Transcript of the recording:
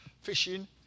fishing